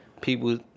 people